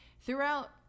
throughout